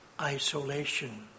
isolation